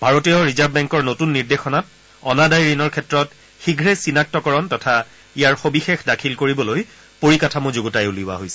ভাৰতীয় ৰিজাৰ্ভ বেংকৰ নতৃন নিৰ্দেশনাত অনাদায় ঋণৰ ক্ষেত্ৰত শীঘ্ৰে চিনাক্তকৰণ তথা ইয়াৰ সবিশেষ দাখিল কৰিবলৈ পৰিকাঠামো যুগুতাই উলিওৱা হৈছে